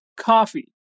coffee